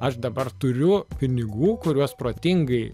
aš dabar turiu pinigų kuriuos protingai